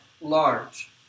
large